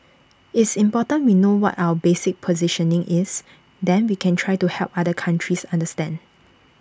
it's important we know what our basic positioning is then we can try to help other countries understand